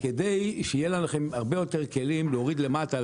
כדי שיהיו לכם הרבה יותר כלים להוריד למטה,